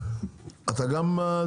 אתה גם?